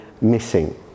missing